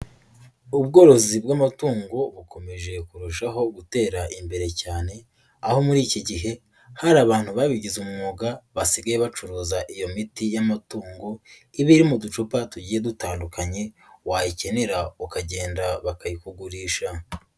Ubworozi bw'amatungo bukomeje kurushaho gutera imbere cyane, aho muri iki gihe hari abantu babigize umwuga basigaye bacuruza iyo miti y'amatungo iba iri mu ducupa tugiye dutandukanye, wayikenera ukagenda bakayikugurisha.